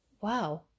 wow